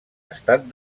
estat